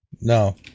No